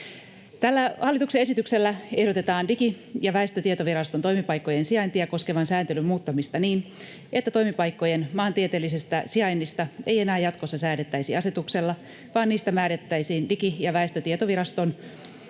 Tällä hallituksen esityksellä ehdotetaan Digi- ja väestötietoviraston toimipaikkojen sijaintia koskevan sääntelyn muuttamista niin, että toimipaikkojen maantieteellisestä sijainnista ei enää jatkossa säädettäisi asetuksella vaan niistä määrättäisiin Digi- ja väestötietoviraston